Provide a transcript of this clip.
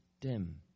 dim